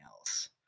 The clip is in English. else